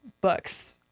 books